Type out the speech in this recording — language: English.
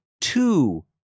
two